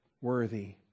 worthy